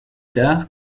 tard